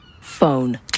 Phone